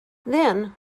then